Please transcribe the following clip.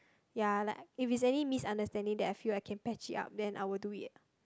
ya like if is any misunderstanding that I feel I can patch it up then I would do it